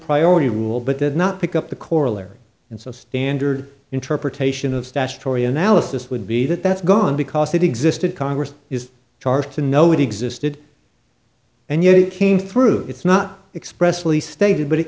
priority rule but did not pick up the corollary and so standard interpretation of statutory analysis would be that that's gone because it existed congress is charged to know it existed and yet it came through it's not expressly stated but it